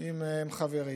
עם חברי: